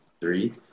three